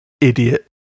idiot